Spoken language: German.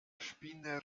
spinner